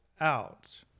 out